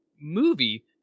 movie